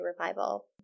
revival